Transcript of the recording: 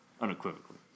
unequivocally